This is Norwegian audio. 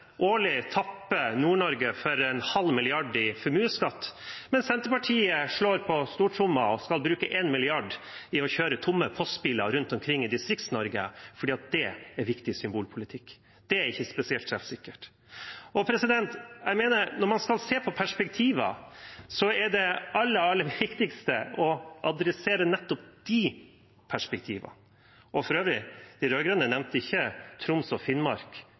årlig tapper Nord-Norge for en halv milliard i formuesskatt. Men Senterpartiet slår på stortromma og skal bruke en milliard på å kjøre tomme postbiler rundt omkring i Distrikts-Norge fordi det er viktig symbolpolitikk. Det er ikke spesielt treffsikkert. Jeg mener at når man skal se på perspektiver, er det aller, aller viktigste å adressere nettopp de perspektivene. For øvrig nevnte ikke de rød-grønne Troms og Finnmark